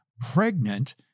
pregnant